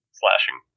slashing